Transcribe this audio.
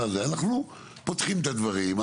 אנחנו פותחים את הדברים,